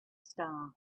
star